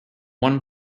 one